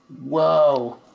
Whoa